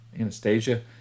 Anastasia